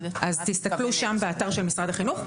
תסתכלו באתר של משרד החינוך.